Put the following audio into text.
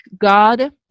God